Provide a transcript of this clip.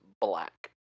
black